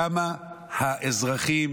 כמה האזרחים